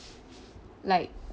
like